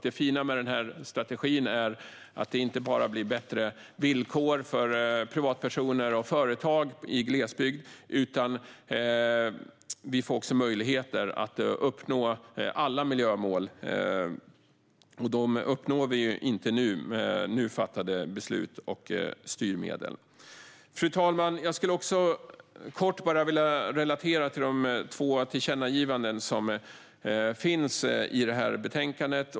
Det fina med strategin är att det inte bara blir bättre villkor för privatpersoner och företag i glesbygd, utan vi får också möjligheter att uppnå alla miljömål. Dem uppnår vi inte med nu fattade beslut och styrmedel. Fru talman! Jag skulle kort vilja relatera till de två tillkännagivanden som finns i betänkandet.